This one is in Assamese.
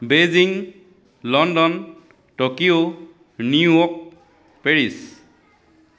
Beijing London Tokyo New York Paris